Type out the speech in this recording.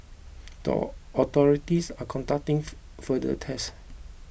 the authorities are conducting for further tests